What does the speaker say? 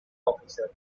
officer